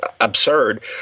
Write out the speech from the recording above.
absurd